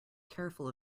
careful